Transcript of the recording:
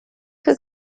could